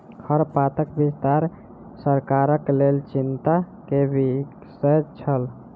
खरपातक विस्तार सरकारक लेल चिंता के विषय छल